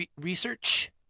research